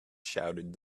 shouted